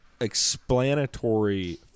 explanatory